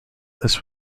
this